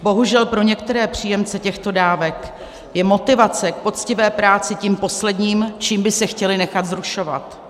Bohužel pro některé příjemce těchto dávek je motivace k poctivé práci tím posledním, čím by se chtěli nechat vzrušovat.